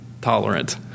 tolerant